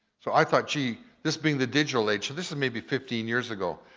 so, i thought, gee, this being the digital age. so, this is maybe fifteen years ago.